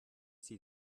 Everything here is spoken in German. sie